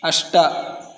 अष्ट